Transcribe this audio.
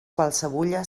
qualsevulla